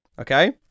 okay